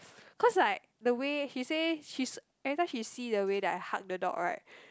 cause like the way he say she's every time she see the way that I hug the dog right